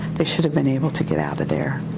they should have been able to get out of there.